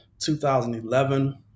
2011